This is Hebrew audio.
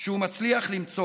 שהוא מצליח למצוא,